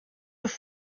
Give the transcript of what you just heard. have